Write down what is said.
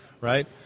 right